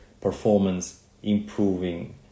performance-improving